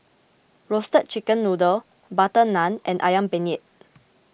Roasted Chicken Noodle Butter Naan and Ayam Penyet